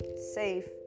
safe